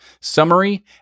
summary